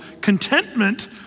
Contentment